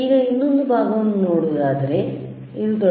ಈಗಇನ್ನೊಂದು ಭಾಗವನ್ನು ನೋಡುವುದಾದರೆಇದು ಎಡ